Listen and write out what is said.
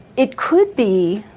it could be,